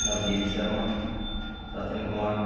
Navdeep Sharma Sachin Kumar